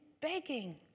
begging